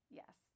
yes